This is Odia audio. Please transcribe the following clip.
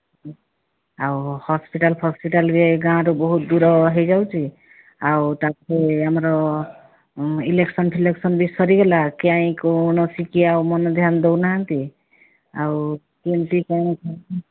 ଆଉ ହସ୍ପିଟାଲ୍ ଫସ୍ପିଟାଲରେ ଗାଁ ରୁ ବହୁତ ଦୂର ହୋଇଯାଉଛି ଆଉ ତାପରେ ଆମର ଇଲେକ୍ସନ୍ ଫିଲେକ୍ସନ ବି ସରିଗଲା କାଇଁ କୌଣସି କିଏ ଆଉ ମନ ଧ୍ୟାନ ଦେଉନାହାନ୍ତି ଆଉ କେମିତି କ'ଣ